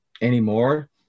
anymore